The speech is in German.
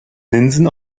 linsen